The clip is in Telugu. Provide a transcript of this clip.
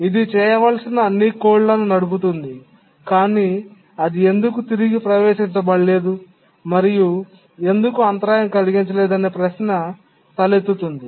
ఇది చేయవలసిన అన్ని కోడ్లను నడుపుతుంది కాని అది ఎందుకు తిరిగి ప్రవేశించబడలేదు మరియు ఎందుకు అంతరాయం కలిగించలేదనే ప్రశ్న తలెత్తుతుంది